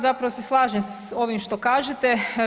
Zapravo se slažem s ovim što kažete.